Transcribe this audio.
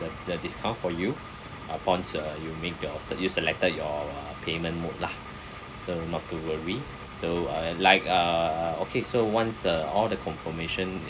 the the discount for you upon uh you make your se~ you selected your uh payment mode lah so not to worry so uh like uh okay so once uh all the confirmation